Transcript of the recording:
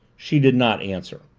she did not answer.